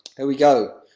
there we go.